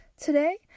Today